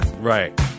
Right